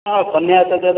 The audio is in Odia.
ହଁ କନ୍ୟା ତ ଜରୁରୀ